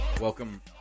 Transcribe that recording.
welcome